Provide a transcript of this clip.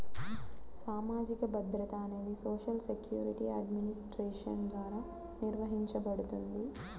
సామాజిక భద్రత అనేది సోషల్ సెక్యూరిటీ అడ్మినిస్ట్రేషన్ ద్వారా నిర్వహించబడుతుంది